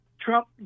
Trump